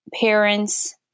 parents